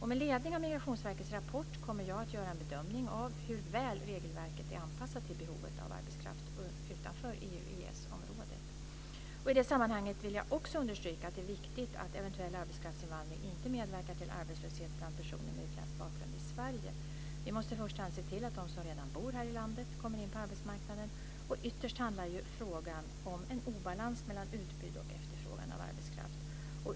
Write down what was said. Med ledning av Migrationsverkets rapport kommer jag att göra en bedömning av hur väl regelverket är anpassat till behovet av arbetskraft utanför EU/EES-området. I detta sammanhang vill jag också understryka att det är viktigt att eventuell arbetskraftsinvandring inte medverkar till arbetslöshet bland personer med utländsk bakgrund i Sverige. Vi måste i första hand se till att de som redan bor här i landet kommer in på arbetsmarknaden. Ytterst handlar ju frågan om en obalans mellan utbud och efterfrågan av arbetskraft.